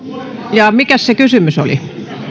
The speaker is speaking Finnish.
ja mikäs se kysymys oli